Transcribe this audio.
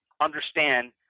understand